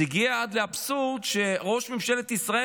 זה הגיע עד לאבסורד שראש ממשלת ישראל